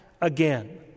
again